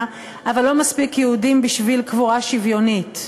אבל לא מספיק יהודים בשביל קבורה שוויונית.